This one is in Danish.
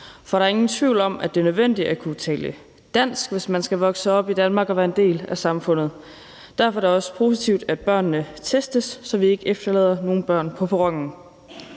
For der er ingen tvivl om, at det er nødvendigt at kunne tale dansk, hvis man skal vokse op i Danmark og være en del af samfundet. Derfor er det også positivt, at børnene testes, så vi ikke efterlader nogen børn på perronen.